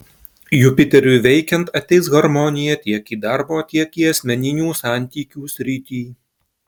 jupiteriui veikiant ateis harmonija tiek į darbo tiek į asmeninių santykių sritį